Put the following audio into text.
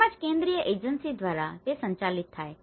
તેમ જ કેન્દ્રીય એજન્સી દ્વારા તે સંચાલિત થાય છે